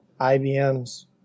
IBM's